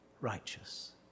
righteous